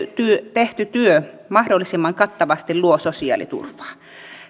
tehty työ mahdollisimman kattavasti luo sosiaaliturvaa myös